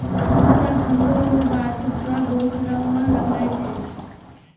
सूता बनलो रो बाद होकरा बहुत रंग मे रंगै छै